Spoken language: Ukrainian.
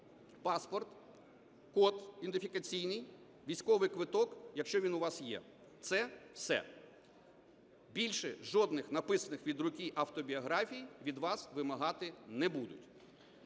паспорт, код ідентифікаційний, військовий квиток, якщо він у вас є – це все. Більше жодних написаних від руки автобіографій від вас вимагати не будуть.